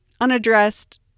unaddressed